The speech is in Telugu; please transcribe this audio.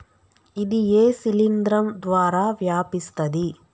ఇది ఏ శిలింద్రం ద్వారా వ్యాపిస్తది?